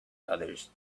others